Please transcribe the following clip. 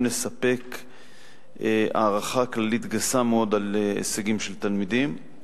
לספק הערכה כללית גסה מאוד על הישגים של תלמידים.